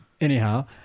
Anyhow